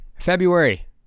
February